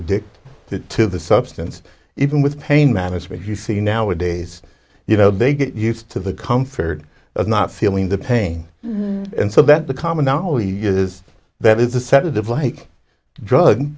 addicted to the substance even with pain management you see nowadays you know they get used to the comfort of not feeling the pain and so that the common now we get is that it's a sedative like a drug